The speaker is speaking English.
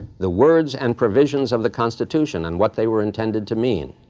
the words and provisions of the constitution and what they were intended to mean.